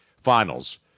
finals